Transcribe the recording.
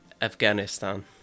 afghanistan